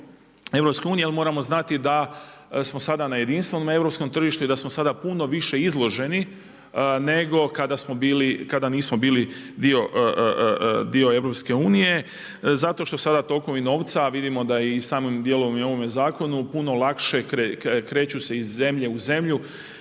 ali moramo znati da smo sada na jedinstvenom europskom tržištu i da smo sada puno više izloženi nego kada nismo bili dio EU, zato što sada tokovi novca, a vidimo da i samim dijelom i u ovome zakonu puno lakše kreću se iz zemlje u zemlju.